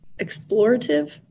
explorative